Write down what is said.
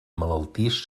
malaltís